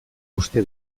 uste